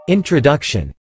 Introduction